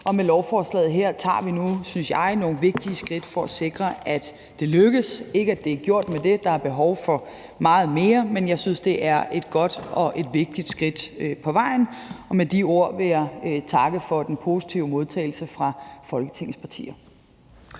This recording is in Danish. Med lovforslaget her tager vi nu, synes jeg, nogle vigtige skridt mod at sikre, at det lykkes – ikke at det er gjort med det, for der er behov for meget mere. Men jeg synes, det er et godt og et vigtigt skridt på vejen. Med de ord vil jeg takke for den positive modtagelse fra Folketingets partier.